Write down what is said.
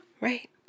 Right